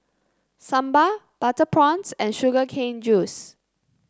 Sambal Butter Prawns and Sugar Cane Juice